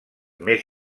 més